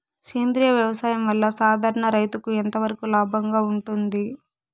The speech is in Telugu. సేంద్రియ వ్యవసాయం వల్ల, సాధారణ రైతుకు ఎంతవరకు లాభంగా ఉంటుంది?